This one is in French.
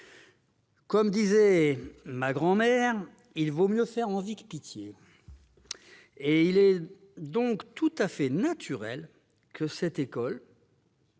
Comme disait ma grand-mère :« il vaut mieux faire envie que pitié ». Il est donc tout à fait naturel que cette école,